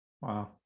Wow